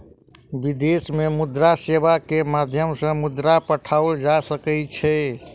विदेश में मुद्रा सेवा के माध्यम सॅ मुद्रा पठाओल जा सकै छै